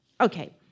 Okay